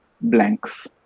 blanks